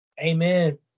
Amen